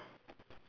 ya